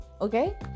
Okay